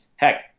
Heck